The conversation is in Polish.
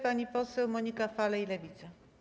Pani poseł Monika Falej, Lewica.